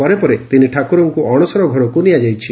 ପରେ ପରେ ତିନି ଠାକ୍ରରଙ୍କ ଅଣସର ଘରକ୍ ନିଆଯାଇଛି